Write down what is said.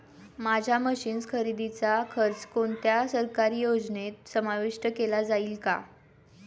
माझ्या मशीन्स खरेदीचा खर्च कोणत्या सरकारी योजनेत समाविष्ट केला जाईल का?